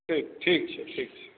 ठीक ठीक छै ठीक छै